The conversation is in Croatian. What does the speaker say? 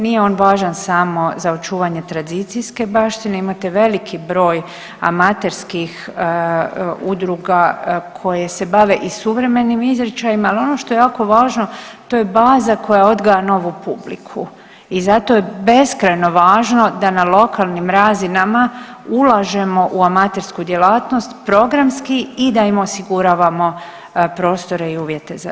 Nije on važan samo za očuvanje tradicijske baštine, imate veliki broj amaterskih udruga koje se bave i suvremenim izričajima, ali oni što je jako važno to je baza koja odgaja novu publiku i zato je beskrajno važno da na lokalnim razinama ulažemo u amatersku djelatnost programski i da im osiguravamo prostore i uvjete za rad.